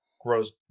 Grows